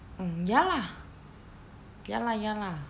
mm ya lah ya lah ya lah